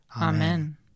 Amen